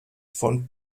von